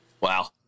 Wow